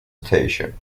station